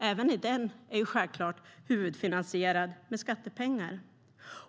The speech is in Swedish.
Även den är ju i huvudsak finansierad med skattepengar.